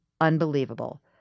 unbelievable